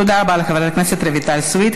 תודה רבה לחברת הכנסת רויטל סויד.